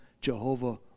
Jehovah